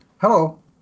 Hello